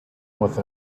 with